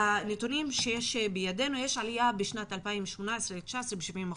בנתונים שיש בידינו יש עלייה בשנת 2018-9 ב-70%,